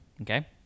okay